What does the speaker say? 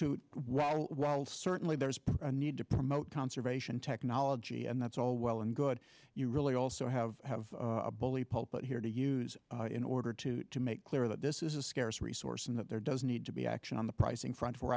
too while certainly there is a need to promote conservation technology and that's all well and good you really also have have a bully pulpit here to use in order to to make clear that this is a scarce resource and that there does need to be action on the pricing front we're